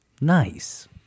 Nice